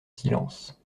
silence